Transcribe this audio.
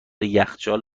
یخچال